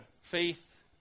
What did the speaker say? faith